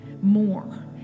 More